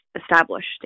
established